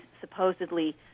supposedly